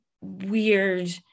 weird